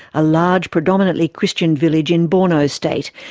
a large predominantly christian village in borno state,